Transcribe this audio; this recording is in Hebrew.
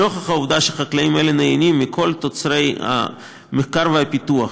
נוכח העובדה שחקלאים אלה נהנים מכל תוצרי המחקר והפיתוח,